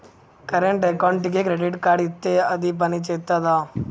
Current అకౌంట్కి credit card ఇత్తే అది పని చేత్తదా?